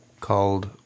called